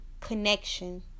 connection